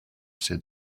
said